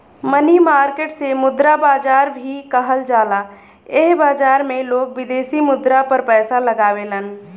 मनी market के मुद्रा बाजार भी कहल जाला एह बाजार में लोग विदेशी मुद्रा पर पैसा लगावेलन